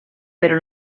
però